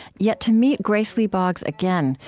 yet to meet grace lee boggs again,